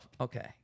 okay